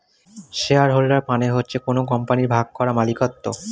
share holder মানে হচ্ছে কোন কোম্পানির ভাগ করা মালিকত্ব